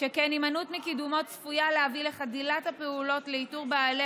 שכן הימנעות מקידומו צפויה להביא לחדילת הפעולות לאיתור בעלי